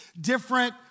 different